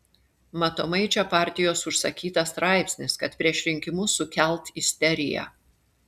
matomai čia partijos užsakytas straipsnis kad prieš rinkimus sukelt isteriją